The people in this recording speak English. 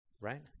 right